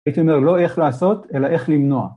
הייתי אומר, לא איך לעשות, ‫אלא איך למנוע.